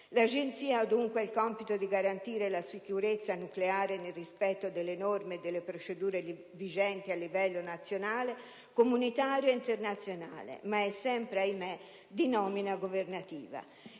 L'Agenzia ha dunque il compito di garantire la sicurezza nucleare nel rispetto delle norme e delle procedure vigenti a livello nazionale, comunitario e internazionale ma è sempre, ahimè, di nomina governativa.